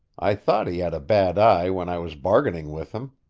i thought he had a bad eye when i was bargaining with him.